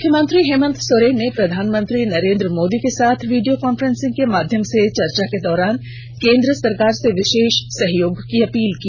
मुख्यमंत्री हेमंत सोरेन ने प्रधानमंत्री नरेंद्र मोदी के साथ वीडियो कांफ्रेंसिंग के माध्यम से चर्चा के दौरान केंद्र सरकार से विषेष सहयोग की अपील की